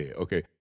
okay